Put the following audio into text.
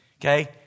Okay